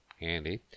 handy